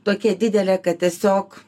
tokia didelė kad tiesiog